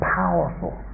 powerful